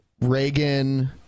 Reagan